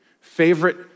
favorite